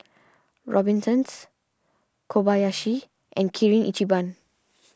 Robinsons Kobayashi and Kirin Ichiban